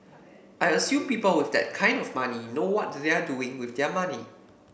I assume people with that kind of money know what they're doing with their money